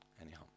Anyhow